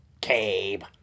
Cabe